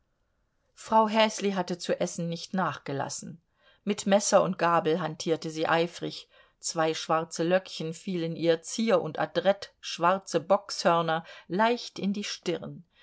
frau häsli hatte zu essen nicht nachgelassen mit messer und gabel hantierte sie eifrig zwei schwarze löckchen fielen ihr zier und adrett schwarze bockshörner leicht in die stirn